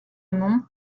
monts